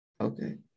Okay